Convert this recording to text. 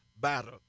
battle